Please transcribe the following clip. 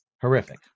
horrific